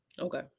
Okay